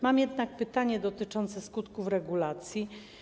Mam jednak pytanie dotyczące skutków regulacji.